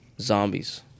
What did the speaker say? Zombies